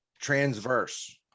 transverse